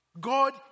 God